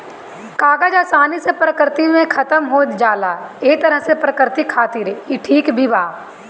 कागज आसानी से प्रकृति में खतम हो जाला ए तरह से प्रकृति खातिर ई ठीक भी बा